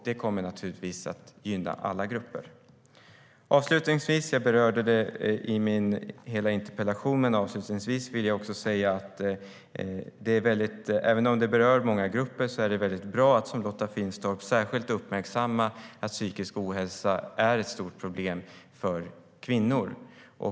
Det kommer naturligtvis att gynna alla grupper. Även om detta berör många grupper är det bra att som Lotta Finstorp särskilt uppmärksamma att psykisk ohälsa är ett stort problem för kvinnor.